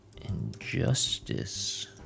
injustice